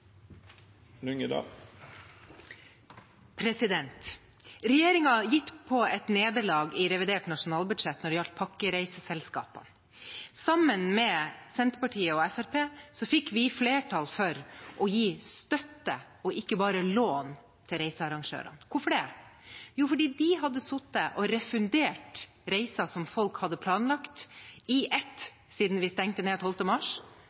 på et nederlag i revidert nasjonalbudsjett når det gjaldt pakkereiseselskapene. Sammen med Senterpartiet og Fremskrittspartiet fikk vi flertall for å gi støtte og ikke bare lån til reisearrangørene. Hvorfor det? Jo, fordi de hadde sittet og refundert reiser som folk hadde planlagt i ett siden vi stengte ned 12. mars,